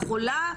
או החולה,